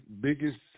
biggest